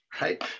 right